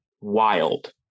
wild